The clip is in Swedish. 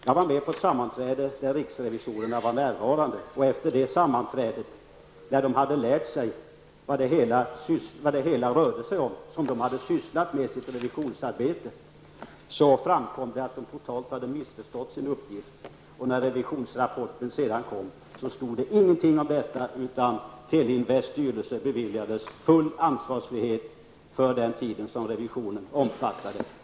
Jag var med på ett sammanträde där riksrevisorerna var närvarande, och efter det sammanträdet, när de hade lärt sig vad det hela rörde sig om som de hade sysslat med i sitt revisionsarbete, stod det klart att de totalt hade missförstått sin uppgift. När revisionsrapporten sedan kom, stod det ingenting om detta utan Teleinvests styrelse beviljades full ansvarsfrihet för den tid som revisionen omfattade.